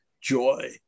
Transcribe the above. joy